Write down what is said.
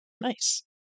nice